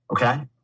Okay